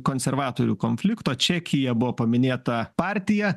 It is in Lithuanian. konservatorių konflikto čekyje buvo paminėta partija